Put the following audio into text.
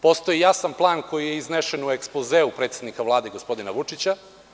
Postoji jasan plan koji je iznesen u ekspozeu predsednika Vlade, gospodina Vučića.